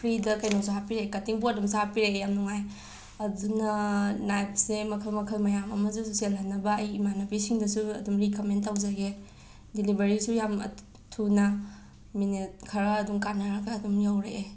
ꯐ꯭ꯔꯤꯗ ꯀꯩꯅꯣꯁꯨ ꯍꯥꯞꯄꯤꯔꯛꯑꯦ ꯀꯇꯤꯡ ꯕꯣꯔꯗ ꯑꯃꯁꯨ ꯍꯥꯞꯄꯤꯔꯛꯑꯦ ꯌꯥꯝ ꯅꯨꯡꯉꯥꯏ ꯑꯗꯨꯅ ꯅꯥꯏꯞꯁꯦ ꯃꯈꯜ ꯃꯈꯜ ꯃꯌꯥꯝ ꯑꯃꯁꯨ ꯆꯦꯜꯍꯟꯅꯕ ꯑꯩ ꯏꯃꯥꯟꯅꯕꯤꯁꯤꯡꯗꯁꯨ ꯑꯗꯨꯝ ꯔꯤꯀꯃꯦꯟ ꯇꯧꯖꯒꯦ ꯗꯤꯂꯤꯕꯔꯤꯁꯨ ꯌꯥꯝ ꯊꯨꯅ ꯃꯤꯅꯠ ꯈꯔ ꯑꯗꯨꯝ ꯀꯥꯟꯅꯔꯒ ꯑꯗꯨꯝ ꯌꯧꯔꯛꯑꯦ